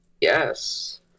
Yes